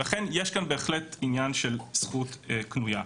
ולכן יש כאן בהחלט עניין של זכות קנויה.